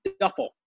duffel